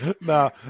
No